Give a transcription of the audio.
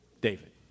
David